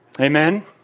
Amen